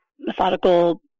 methodical